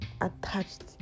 attached